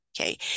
okay